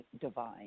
divine